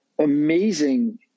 amazing